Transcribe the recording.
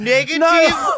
Negative